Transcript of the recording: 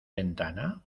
ventana